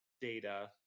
data